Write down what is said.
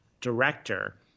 director